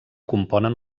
componen